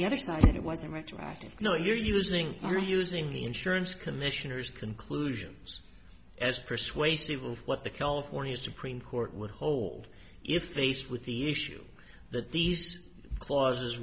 the other side it wasn't retroactive no using or using the insurance commissioners conclusions as persuasive of what the california supreme court would hold if least with the issue that these clauses